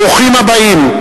ברוכים הבאים,